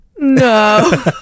No